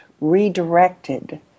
redirected